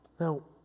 Now